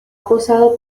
posado